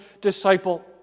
disciple